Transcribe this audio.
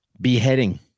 beheading